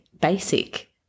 Basic